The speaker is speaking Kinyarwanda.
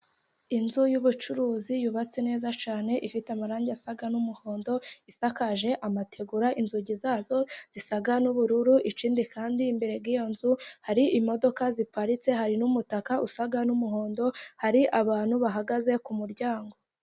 Inzu yubucuruzi yubatse neza cyane, ifite amarangi asa n'umuhondo, isakaje amategura, inzugi zazo zisa n'ubururu ikindi kandi imbere h'iyo nzu hari imodoka ziparitse, hari n'umutaka usa n'umuhondo, hari abantu bahagaze ku ku muryango.